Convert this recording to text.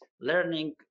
learning